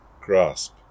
grasp